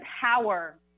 power